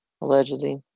allegedly